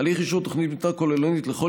הליך אישור תוכנית מתאר כוללנית לכל